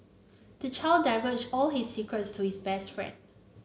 the child divulged all he secrets to his best friend